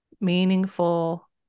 meaningful